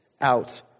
out